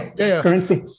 currency